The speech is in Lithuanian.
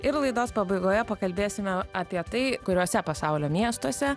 ir laidos pabaigoje pakalbėsime apie tai kuriuose pasaulio miestuose